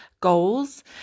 goals